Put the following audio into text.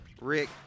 rick